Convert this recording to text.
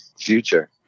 future